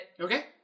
Okay